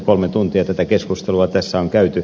kolme tuntia tätä keskustelua tässä on käyty